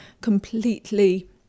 completely